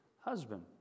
husband